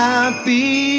Happy